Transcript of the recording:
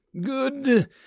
Good